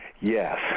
Yes